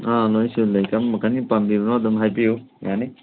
ꯑꯪ ꯂꯣꯏ ꯁꯨꯅ ꯂꯩ ꯀꯔꯝꯕ ꯃꯈꯜꯒꯤ ꯄꯥꯝꯕꯤꯕꯅꯣ ꯑꯗꯨꯝ ꯍꯥꯏꯕꯤꯌꯨ ꯌꯥꯅꯤ